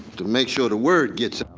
to make sure the word gets ah